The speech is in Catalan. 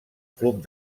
club